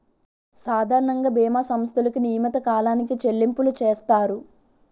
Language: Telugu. సాధారణంగా బీమా సంస్థలకు నియమిత కాలానికి చెల్లింపులు చేస్తారు